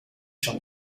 schon